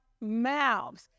mouths